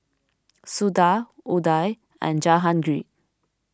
Suda Udai and Jahangir